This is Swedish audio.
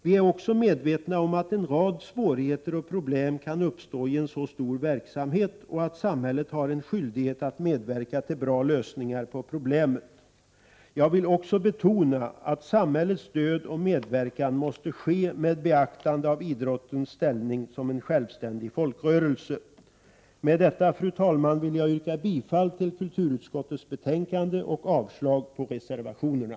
Vi är också medvetna om att en rad svårigheter och problem kan uppstå i en så stor verksamhet, och att samhället har en skyldighet att medverka till bra lösningar på problemen. Jag vill också betona att samhällets stöd och medverkan måste ske med beaktande av idrottens ställning som en självständig folkrörelse. Fru talman! Jag yrkar bifall till kulturutskottets hemställan och avslag på reservationerna.